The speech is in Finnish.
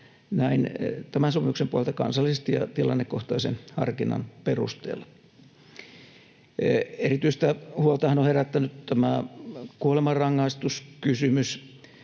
tämän sopimuksen pohjalta kansallisesti ja tilannekohtaisen harkinnan perusteella. Erityistä huoltahan on herättänyt tämä kuolemanrangaistuskysymys.